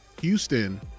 Houston